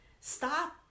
Stop